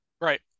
Right